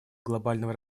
глобального